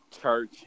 church